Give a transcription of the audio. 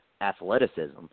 athleticism